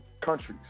countries